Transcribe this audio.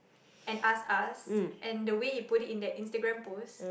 and asked us and the way he put it in that instagram post